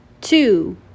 two